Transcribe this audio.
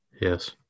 yes